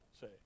say